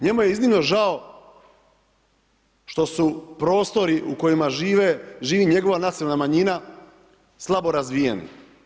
Njemu je iznimno žao što su prostori u kojima žive, živi njegova nacionalna manjina slabo razvijeni.